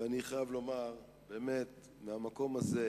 ואני חייב לומר באמת מהמקום הזה: